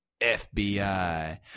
FBI